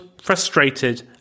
frustrated